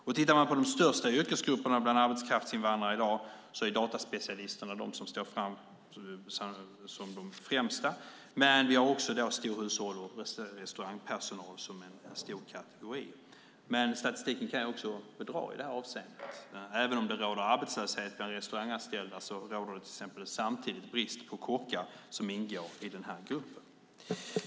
Om vi tittar på de största yrkesgrupperna bland arbetskraftsinvandrare i dag ser vi att dataspecialisterna står bland de främsta, men storhushålls och restaurangpersonal är också en stor kategori. Men statistiken kan också bedra i det här avseendet. Även om det råder arbetslöshet bland restauranganställda råder det samtidigt brist på kockar, som ingår i denna grupp.